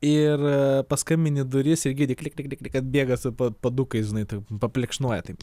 ir paskambini į duris ir girdi klik klik klik atbėga su padukais žinai taip paplekšnoja taip